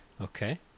okay